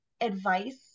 advice